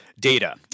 data